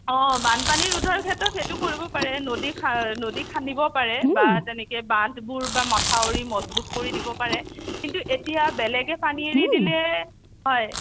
অঁ বানপানী ৰোধৰ ক্ষেত্ৰত সেইটো কৰিব পাৰে নদী খা নদী খান্দিব পাৰে বা তেনেকৈ বান্ধবোৰ বা মথাউৰী মজবুত কৰি দিব পাৰে কিন্তু এতিয়া বেলেগে পানী এৰি দিলে হয়